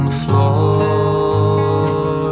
floor